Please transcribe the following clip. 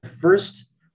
first